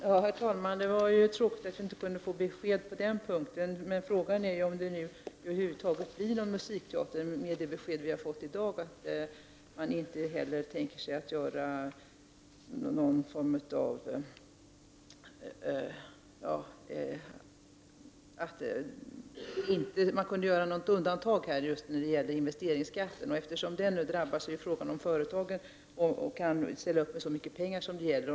Herr talman! Det var ju tråkigt att vi inte kan få besked på den punkten. Frågan är om det över huvud taget blir någon musikteater, mot bakgrund av det besked vi har fått i dag om att man inte heller tänker sig någon form av undantag från investeringsskatten. Eftersom den nu drabbar projektet är frågan, om företagen kan ställa upp med så mycket pengar som det gäller.